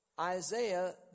Isaiah